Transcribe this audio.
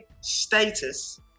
status